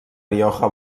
rioja